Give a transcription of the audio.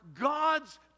God's